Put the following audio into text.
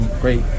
great